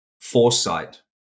foresight